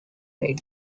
lady